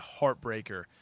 heartbreaker